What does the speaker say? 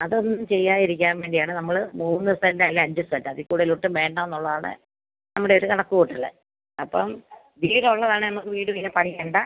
അതൊന്നും ചെയ്യാതിരിക്കാൻ വേണ്ടിയാണ് നമ്മൾ മൂന്ന് സെന്റ് അല്ലേ അഞ്ച് സെൻറ്റാ അതിൽ കൂടുതൽ ഒട്ടും വേണ്ട എന്നുള്ളതാണ് നമ്മുടെ ഒരു കണക്കുകൂട്ടൽ അപ്പം വീടുള്ളതാണെങ്കിൽ നമുക്ക് വീട് പിന്നെ പണിയേണ്ട